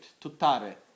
tutare